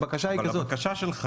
הבקשה היא כזאת --- אבל מהבקשה שלך